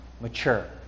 mature